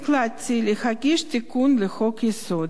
החלטתי להגיש תיקון לחוק-יסוד: